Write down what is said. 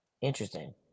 Interesting